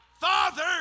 father